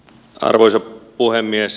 arvoisa puhemies